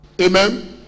Amen